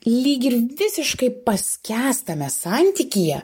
lyg ir visiškai paskęstame santykyje